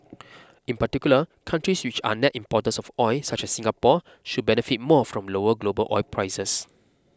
in particular countries which are net importers of oil such as Singapore should benefit more from lower global oil prices